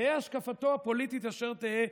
תהא השקפתו הפוליטית אשר תהא,